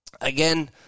Again